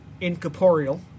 incorporeal